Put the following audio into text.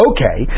Okay